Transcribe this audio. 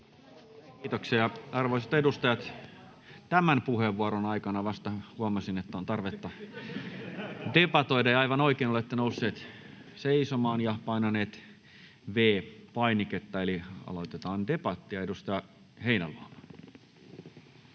Kiitoksia. — Arvoisat edustajat, tämän puheenvuoron aikana vasta huomasin, että on tarvetta debatoida. Ja aivan oikein, olette nousseet seisomaan ja painaneet V-painiketta, eli aloitetaan debatti. — Edustaja Heinäluoma.